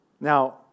Now